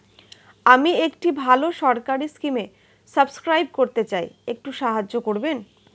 আমি একটি ভালো সরকারি স্কিমে সাব্সক্রাইব করতে চাই, একটু সাহায্য করবেন?